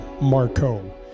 Marco